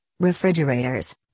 refrigerators